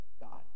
god